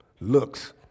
looks